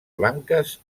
blanques